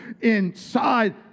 inside